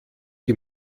die